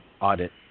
audit